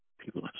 People